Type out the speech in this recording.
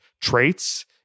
traits